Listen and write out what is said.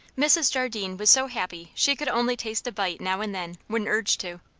mrs. jardine was so happy she could only taste a bite now and then, when urged to.